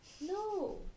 No